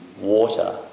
water